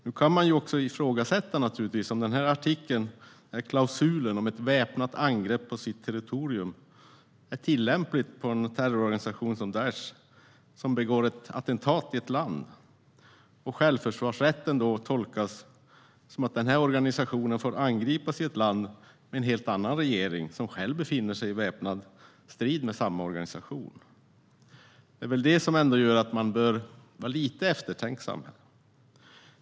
Man kan naturligtvis ifrågasätta om denna klausul om "ett väpnat angrepp på sitt territorium" är tillämplig då en terrororganisation som Daish begår ett attentat i ett land och självförsvarsrätten då tolkas som att den organisationen får angripas i ett land med en helt annan regering som själv befinner sig i väpnad strid med samma organisation. Det är väl det som gör att man ändå bör vara lite eftertänksam.